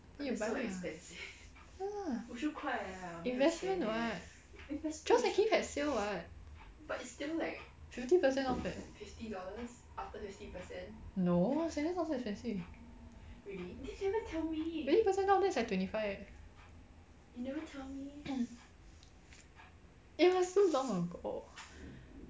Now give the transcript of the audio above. then you buy lah ya lah investment [what] charles and keith had sale [what] fifty percent off eh no sandals not so expensive fifty percent off that's like twenty five eh it was so long ago